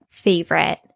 favorite